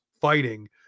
fighting